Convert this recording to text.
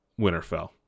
Winterfell